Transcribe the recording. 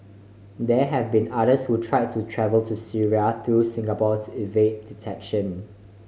there have been others who tried to travel to Syria through Singapore to evade detection